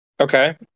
okay